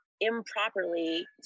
improperly